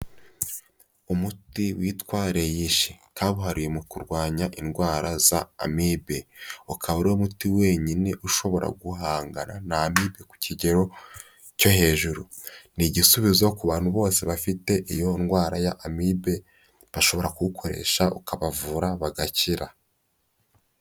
Umuti witwa Reishi, kabuhariwe mu kurwanya indwara za Amibe, ukaba ari wo muti wenyine ushobora guhangana na Amibe ku kigero cyo hejuru, ni igisubizo ku bantu bose bafite iyo ndwara ya Amibe, bashobora kuwukoresha ukabavura bagakira.